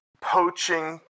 poaching